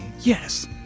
Yes